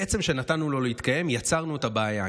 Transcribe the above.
בעצם זה שנתנו לו להתקיים יצרנו את הבעיה,